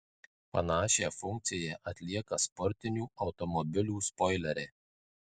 panašią funkciją atlieka sportinių automobilių spoileriai